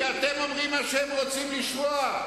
כי אתם אומרים מה שהם רוצים לשמוע.